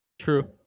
True